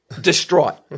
distraught